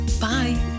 Bye